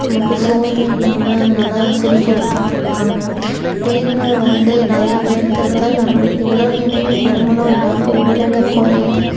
நமக்கு சோர்வு இல்லாமல் நல்லா சுறுசுறுப்பாக இருக்காங்க வேர்வை வந்து நிறையா வேர்க்கிறப்ப நம்மளுக்கு உடல் எடையும் பருமனும் இல்லாமல் உடல் எடையும் குறையுது